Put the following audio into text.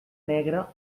negre